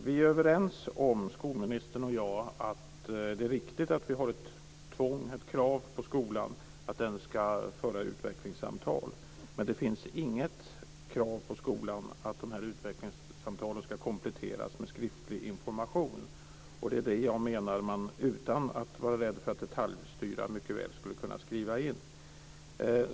Fru talman! Skolministern och jag är överens om att det är riktigt att vi har ett krav på skolan att den ska föra utvecklingssamtal. Men det finns inget krav på skolan när det gäller att de här utvecklingssamtalen ska kompletteras med skriftlig information. Utan att vara rädd för att detaljstyra menar jag att man mycket väl skulle kunna skriva in det.